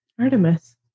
Artemis